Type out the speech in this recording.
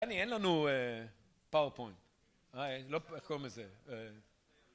אין לנו פאורפוינט, איך קוראים לזה